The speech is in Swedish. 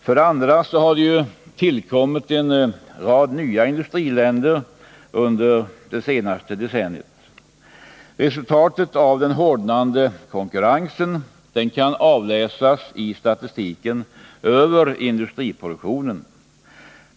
För det andra tillkommer det en rad nya industriländer under varje decennium. Resultatet av den hårdnande konkurrensen kan avläsas i statistiken över industriproduktionen.